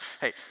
Hey